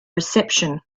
reception